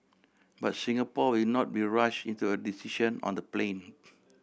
but Singapore will not be rushed into a decision on the plane